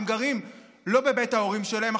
הם גרים לא בבית ההורים שלהם,